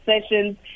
sessions